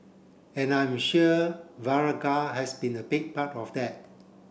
and I'm sure Viagra has been a big part of that